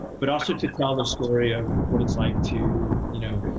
but also to tell the story of what it's like to you know